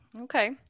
Okay